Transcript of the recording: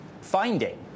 finding